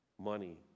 money